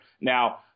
Now